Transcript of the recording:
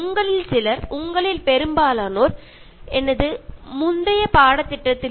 അതിൽ കൂടുതൽ പേരും എന്നെ കഴിഞ്ഞ കോഴ്സ് മുതലേ ഉള്ളവരാണ്